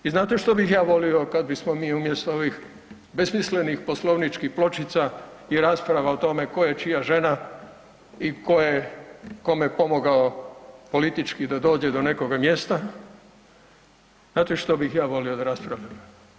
I znate što bih ja volio kada bismo mi umjesto ovih besmislenih poslovničkih pločica i rasprava o tome tko je čija žena i tko je kome pomogao politički da dođe do nekog mjesta, znate što bih ja volio da raspravljamo?